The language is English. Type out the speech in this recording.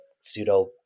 pseudo